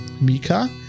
Mika